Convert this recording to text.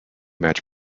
match